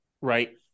Right